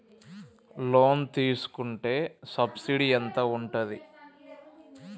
Loan తీసుకుంటే subsidy ఎంత ఉంటది?